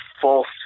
false